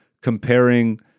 comparing